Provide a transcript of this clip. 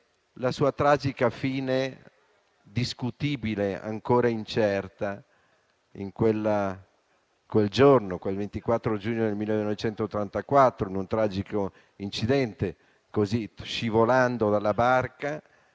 La sua tragica fine, discutibile e ancora incerta, è avvenuta quel 24 giugno 1984, in un tragico incidente, scivolando dalla barca